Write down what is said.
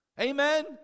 Amen